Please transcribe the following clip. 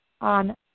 on